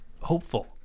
hopeful